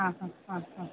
അ അ അ അ